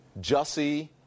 Jussie